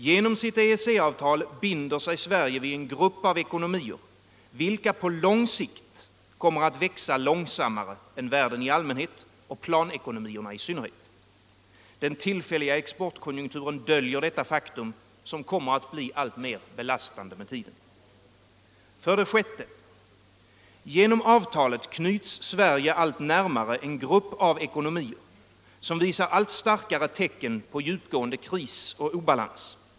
Genom sitt EEC-avtal binder sig Sverige vid en grupp av ekonomier, vilka på lång sikt kommer att växa långsammare än världen i allmänhet och planekonomierna i synnerhet. Den tillfälliga exportkonjunkturen döljer detta faktum, som kommer att bli alltmer belastande. 6. Genom avtalet knyts Sverige allt närmare en grupp av ekonomier, som visar allt starkare tecken på djupgående kris och obalans.